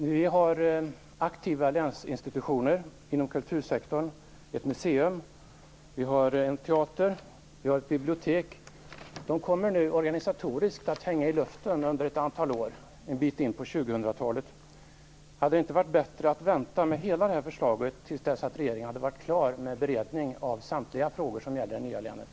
Vi har aktiva länsinstitutioner inom kultursektorn. Vi har ett museum, en teater och ett bibliotek. Organisatoriskt kommer dessa att hänga i luften under ett antal år - en bit in på 2000-talet. Hade det inte varit bättre att vänta med hela förslaget tills regeringen var klar med beredningen av samtliga frågor som gäller det nya länet?